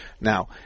Now